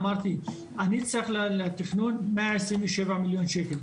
אמרתי אני צריך לתכנון מאה עשרים ושבעה מיליון שקל,